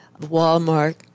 walmart